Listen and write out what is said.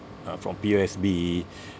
uh from P_O_S_B